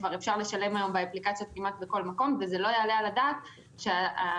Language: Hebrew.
כבר אפשר לשלם היום באפליקציות בכל מקום וזה לא יעלה על הדעת שאין